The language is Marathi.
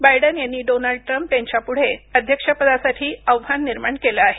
बायडन यांनी डोनाल्ड ट्रम्प यांच्यापुढे अध्यक्ष पदासाठी आव्हान निर्माण केलं आहे